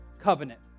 covenant